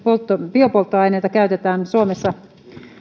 biopolttoaineita käytetään suomessa